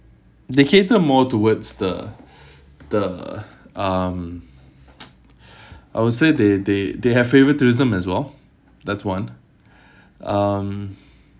they cater more towards the the um I would say they they they have favouritism as well that's one um